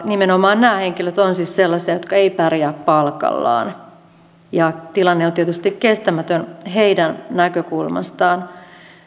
nimenomaan nämä henkilöt ovat siis sellaisia jotka eivät pärjää palkallaan ja tilanne on tietysti kestämätön heidän näkökulmastaan